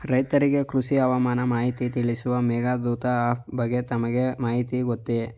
ರೈತರಿಗೆ ಕೃಷಿ ಹವಾಮಾನ ಮಾಹಿತಿ ತಿಳಿಸುವ ಮೇಘದೂತ ಆಪ್ ಬಗ್ಗೆ ತಮಗೆ ಮಾಹಿತಿ ಗೊತ್ತೇ?